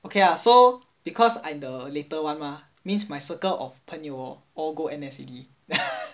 okay ah so because I'm the later one mah means my circle of 朋友 hor all go N_S already